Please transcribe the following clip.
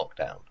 lockdown